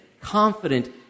confident